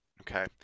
Okay